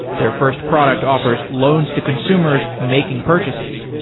their first product offers loans to consumers, making purchases.